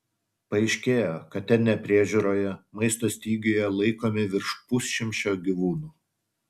paaiškėjo kad ten nepriežiūroje maisto stygiuje laikomi virš pusšimčio gyvūnų